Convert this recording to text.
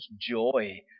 joy